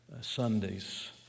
Sundays